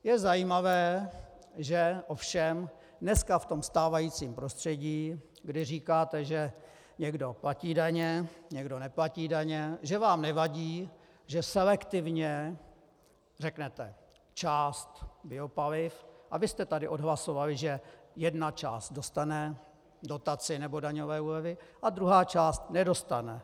Je zajímavé, že ovšem dneska v tom stávajícím prostředí, kdy říkáte, že někdo platí daně, někdo neplatí daně, že vám nevadí, že selektivně řeknete část biopaliv, a vy jste tady odhlasovali, že jedna část dostane dotaci nebo daňové úlevy a druhá část nedostane.